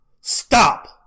Stop